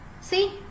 see